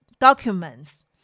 documents